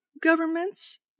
governments